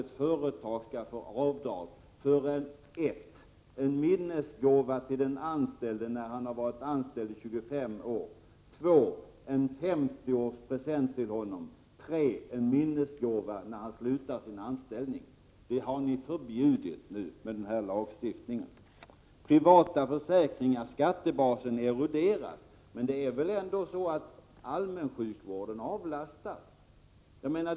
1. en minnesgåva till en anställd som varit anställd i 25 år, 2. en 50-årspresent till honom, 3. en minnesgåva när han slutar sin anställning? Detta har ni ju förbjudit med den lagstiftning som kommer. Beträffande privata försäkringar: Skattebasen eroderas, säger Jan Bergqvist, men det blir väl ändå så att allmänsjukvården avlastas!